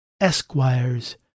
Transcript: Esquires